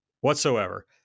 whatsoever